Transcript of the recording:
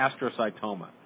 astrocytoma